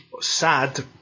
Sad